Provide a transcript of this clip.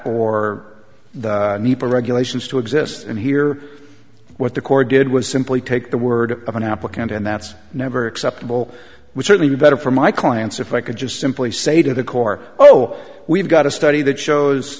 or the need for regulations to exist and here what the court did was simply take the word of an applicant and that's never acceptable would certainly be better for my clients if i could just simply say to the core oh we've got a study that shows